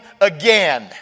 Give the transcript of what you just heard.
again